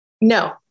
No